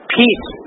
peace